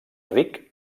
ric